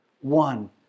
one